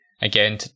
again